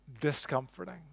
discomforting